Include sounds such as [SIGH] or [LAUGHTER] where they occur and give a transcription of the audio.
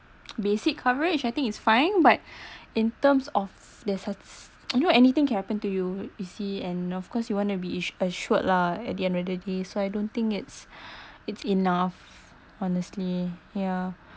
basic coverage I think it's fine but in terms of there's [NOISE] you know anything happen to you you see and of course you want to be ish~ assured lah at the end of the day so I don't think it's [BREATH] it's enough honestly ya